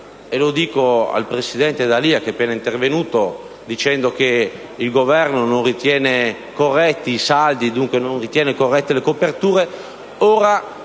(e lo dico al presidente D'Alia, che è appena intervenuto dicendo che il Governo non ritiene corretti i saldi e, quindi, non ritiene corrette le coperture),